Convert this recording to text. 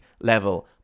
level